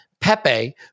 Pepe